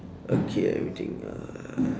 okay let me think uh